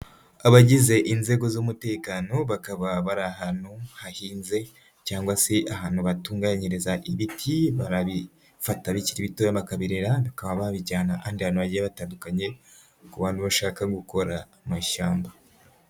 Abagize inzego z'umutekano bakaba bari ahantu hahinze cyangwa se ahantu batunganyiriza ibiti, barabifita bikiri bitoba bakabirera bakaba babijyana ahandi hantu, bagiye batandukanye ku bantu bashaka gukora amashyamba.